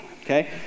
okay